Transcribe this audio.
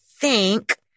think-